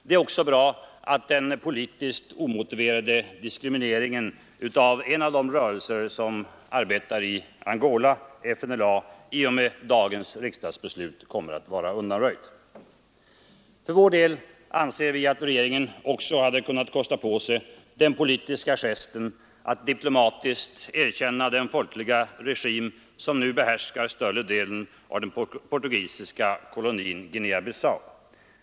Det är också bra att den politiskt omotiverade diskrimineringen av en av de rörelser som arbetar i Angola, FNLA, i och med dagens riksdagsbeslut kommer att vara undanröjd. För vår del anser vi att regeringen också hade kunnat kosta på sig den politiska gesten att diplomatiskt erkänn2 den folkliga regim som nu behärskar större delen av den portugisiska kolonin Guinea Bissau.